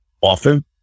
often